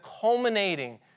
culminating